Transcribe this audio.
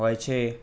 હોય છે